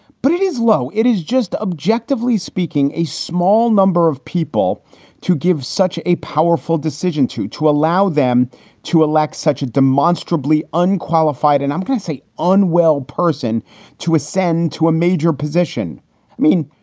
but it is low. it is just, objectively speaking, a small number of people to give such a powerful decision to to allow them to elect such a demonstrably unqualified and i'm going to say unwell person to ascend to a major position. i mean,